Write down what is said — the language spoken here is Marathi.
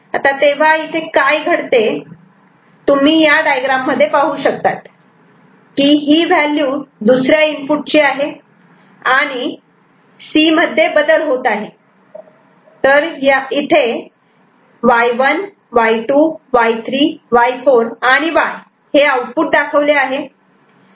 तर तेव्हा काय घडते तुम्ही या डायग्राम मध्ये पाहू शकतात की ही व्हॅल्यू दुसऱ्या इनपुट ची आहे आणि C मध्ये बदल होत आहे तेव्हा इथे Y 1 Y 2 Y 3 Y 4 आणि Y हे आउटपुट दाखवले आहेत